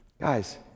Guys